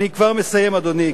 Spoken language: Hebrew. אני כבר מסיים, אדוני.